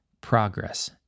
progress